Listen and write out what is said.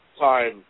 time